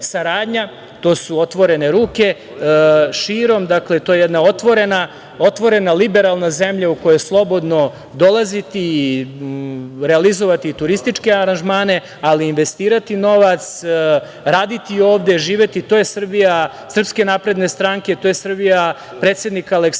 to su otvorene ruke širom. Dakle, to je jedna otvorena liberalna zemlja u kojoj slobodno dolaziti, realizovati turističke aranžmane, ali investirati novac, raditi ovde, živeti. To je Srbija SNS, to je Srbija predsednika Aleksandra